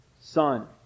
son